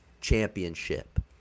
championship